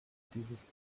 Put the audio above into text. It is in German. dieses